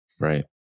Right